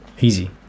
Easy